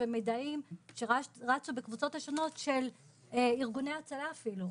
ומידעים שרצו בקבוצות השונות של ארגוני הצלה אפילו.